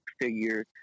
figure